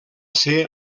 ser